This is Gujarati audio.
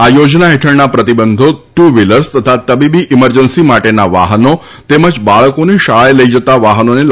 આ યોજના હેઠળના પ્રતિબંધો ટુ વ્હિલર્સ તથા તબીબી ઈમરજન્સી માટેના વાહનો તેમજ બાળકોને શાળાએ લઈ જતા વાહનોને લાગુ પડશે નહીં